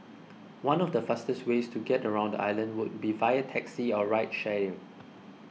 one of the fastest ways to get around the island would be via taxi or ride sharing